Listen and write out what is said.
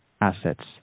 assets